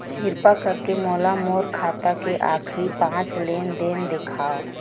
किरपा करके मोला मोर खाता के आखिरी पांच लेन देन देखाव